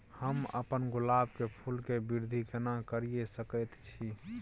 हम अपन गुलाब के फूल के वृद्धि केना करिये सकेत छी?